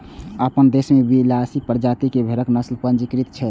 अपना देश मे बियालीस प्रजाति के भेड़क नस्ल पंजीकृत छै